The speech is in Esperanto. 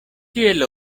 tiel